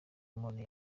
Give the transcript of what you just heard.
umuntu